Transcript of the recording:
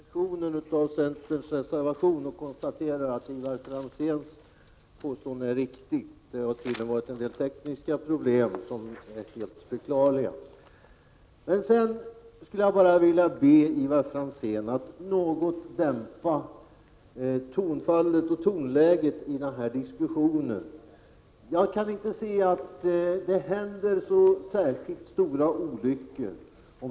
Herr talman! Jag har nu tagit del av centerns reservation och kan konstatera att Ivar Franzéns påstående är riktigt. Det har varit en del tekniska problem som är förklaringen till missuppfattningen. Sedan skulle jag vilja be Ivar Franzén att något dämpa tonläget i denna diskussion. Jag kan inte se att det händer så särskilt stora olyckor.